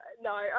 no